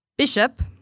Bishop